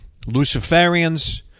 Luciferians